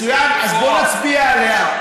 מצוין, אז בואו נצביע עליה.